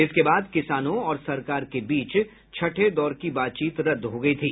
इसके बाद किसानों और सरकार के बीच छठे दौर की बातचीत रद्द हो गई थी